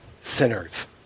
sinners